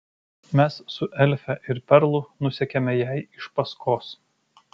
mes su elfe ir perlu nusekėme jai iš paskos